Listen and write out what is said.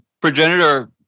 Progenitor